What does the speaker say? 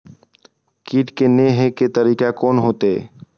कीट के ने हे के तरीका कोन होते?